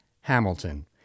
Hamilton